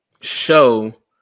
show